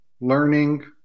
learning